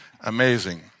Amazing